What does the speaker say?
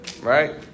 Right